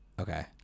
Okay